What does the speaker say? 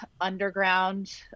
underground